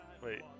Wait